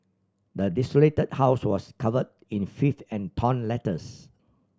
the desolated house was covered in filth and torn letters